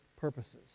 purposes